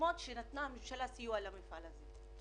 הקודמות שבהן נתנה הממשלה סיוע למפעל הזה,